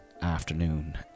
afternoon